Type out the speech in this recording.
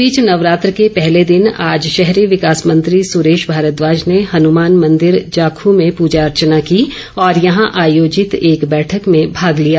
इस बीच नवरात्र के पहले दिन आज शहरी विकास मंत्री सुरेश भारद्वाज ने हनुमान मंदिर जाखू में पूजा अर्चना की और यहां आयोजित एक बैठक में भाग लिया